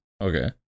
Okay